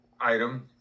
item